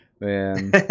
Man